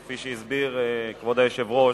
כפי שהסביר כבוד היושב-ראש,